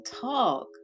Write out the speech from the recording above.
Talk